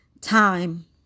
time